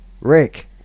Rick